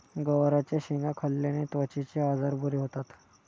गवारच्या शेंगा खाल्ल्याने त्वचेचे आजार बरे होतात